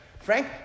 Frank